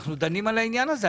אנחנו דנים בעניין הזה,